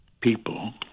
people